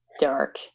dark